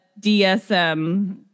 DSM